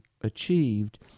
achieved